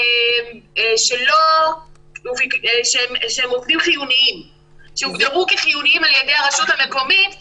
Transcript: שמדובר על עובדים שהוגדרו על ידי הרשות המקומית כחיוניים.